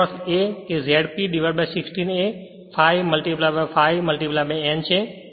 તેનો અર્થ ZP 60 A ∅∅ N છે